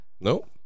Nope